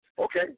Okay